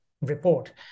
report